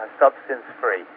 substance-free